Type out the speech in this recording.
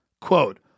quote